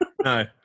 No